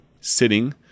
sitting